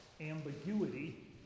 ambiguity